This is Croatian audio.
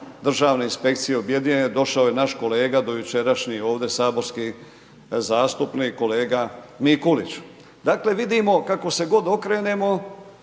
državne inspekcije objedinjene, došao je naš kolega do jučerašnji ovdje saborski zastupnik, kolega Mikulić. Dakle vidimo kako se god okrenemo